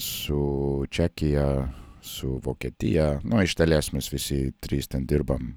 su čekija su vokietija nu iš dalies mes visi trys ten dirbam